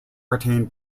retain